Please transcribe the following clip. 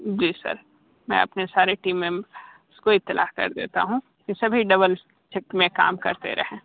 जी sir मैं अपने सारे टीम मेंबर्स को इत्तिला कर देता हूं कि सभी डबल शिफ्ट में काम करते रहें